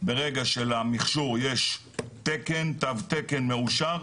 ברגע שלמכשור יש תו תקן מאושר,